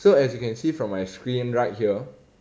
so as you can see from my screen right here